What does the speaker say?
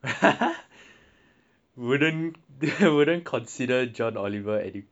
wouldn't wouldn't consider john oliver educational lah T_B_H